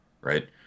right